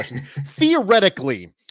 Theoretically